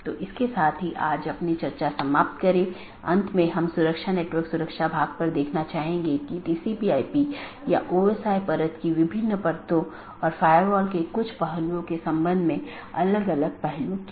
इसके साथ ही आज अपनी चर्चा समाप्त करते हैं